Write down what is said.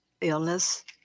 illness